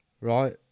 right